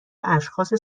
اشخاص